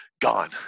gone